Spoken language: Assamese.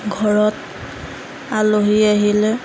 ঘৰত আলহী আহিলে